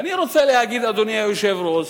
ואני רוצה להגיד, אדוני היושב-ראש,